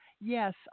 Yes